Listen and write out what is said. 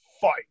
Fight